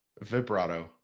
Vibrato